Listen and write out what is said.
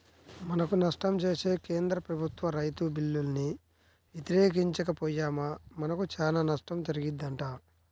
మనకు నష్టం చేసే కేంద్ర ప్రభుత్వ రైతు బిల్లుల్ని వ్యతిరేకించక పొయ్యామా మనకు చానా నష్టం జరిగిద్దంట